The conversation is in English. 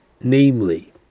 Namely